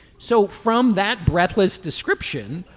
so from that breathless description.